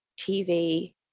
TV